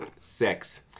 six